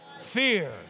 fear